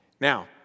Now